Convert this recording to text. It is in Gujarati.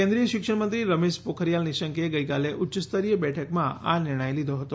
કેન્દ્રીય શિક્ષણમંત્રી રમેશ પોખરીયાલ નિશંકે ગઈકાલે ઉચ્યસ્તરીય બેઠકમાં આ નિર્ણય લીધો હતો